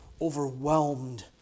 overwhelmed